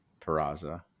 Peraza